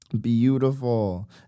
Beautiful